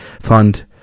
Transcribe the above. Fund